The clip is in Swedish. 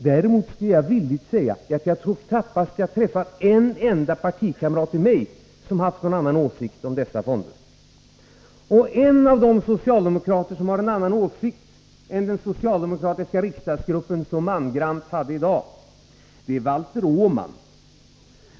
Däremot skall jag villigt säga att jag knappast tror att jag har träffat en enda partikamrat till mig som har haft någon annan åsikt om dessa fonder än den som jag har. En av de socialdemokrater som har en annan åsikt än den som den socialdemokratiska riksdagsgruppen så mangrant hade i dag är Valter Åman.